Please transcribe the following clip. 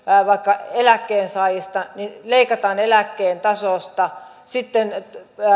vaikka eläkkeensaajista niin leikataan eläkkeen tasosta sitten